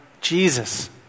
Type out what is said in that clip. Jesus